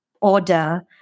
order